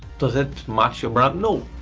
does it match your brand? no.